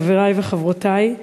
חברי וחברותי,